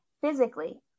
physically